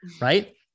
Right